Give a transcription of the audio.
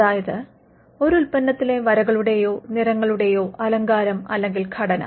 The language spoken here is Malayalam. അതായത് ഒരു ഉൽപ്പന്നത്തിലെ വരകളുടെയോ നിറങ്ങളുടെയോ അലങ്കാരം അല്ലെങ്കിൽ ഘടന